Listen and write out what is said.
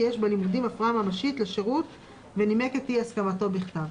יש בלימודים הפרעה ממשית לשירות ונימק את אי הסכמתו בכתב,